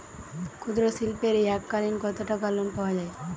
ক্ষুদ্রশিল্পের এককালিন কতটাকা লোন পাওয়া য়ায়?